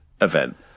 event